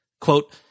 Quote